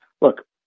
look